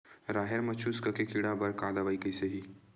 राहेर म चुस्क के कीड़ा बर का दवाई कइसे ही?